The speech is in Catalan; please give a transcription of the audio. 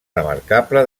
remarcable